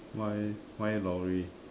why why lorry